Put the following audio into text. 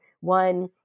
one